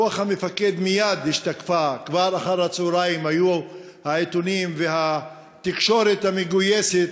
רוח המפקד מייד השתקפה: כבר אחר-הצהריים היו העיתונים והתקשורת המגויסת,